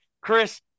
Chris